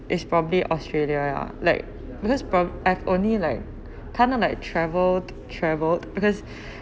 is probably australia ya like because pro~ I've only like kind of like traveled traveled because